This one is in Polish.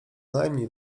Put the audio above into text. najmniej